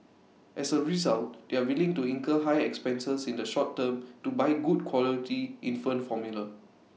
as A result they are willing to incur high expenses in the short term to buy good quality infant formula